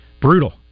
Brutal